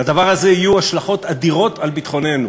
לדבר הזה יהיו השלכות אדירות על ביטחוננו.